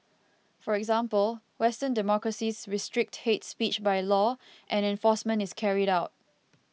for example Western democracies restrict hate speech by law and enforcement is carried out